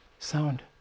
sound